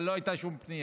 אבל לא הייתה שום פנייה.